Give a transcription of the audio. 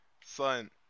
Son